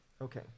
Okay